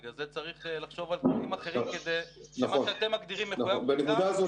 בגלל זה צריך לחשוב על דברים אחרים כדי שמה שאתם מגדירים מחויב בדיקה,